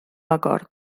acord